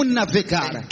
navegar